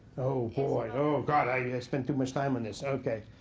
oh boy, oh god. i spent too much time on this. ok.